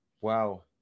Wow